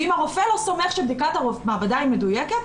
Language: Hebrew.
ואם הרופא לא סומך שבדיקת המעבדה היא מדויקת,